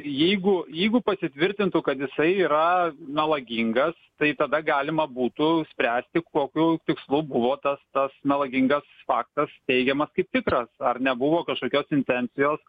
jeigu jeigu pasitvirtintų kad jisai yra melagingas tai tada galima būtų spręsti kokiu tikslu buvo tas tas melagingas faktas teigiamas kaip tikras ar nebuvo kažkokios intencijos